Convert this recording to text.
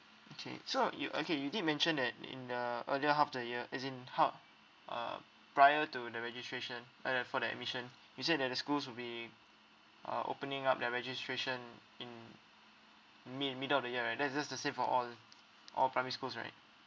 okay so you okay you did mention that in the earlier half the year as in ha~ uh prior to the registration uh for the admission you said that the schools will be uh opening up their registration in mi~ middle of the year right that's that's the same for all all primary schools right